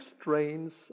strains